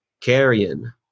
Carrion